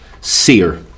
seer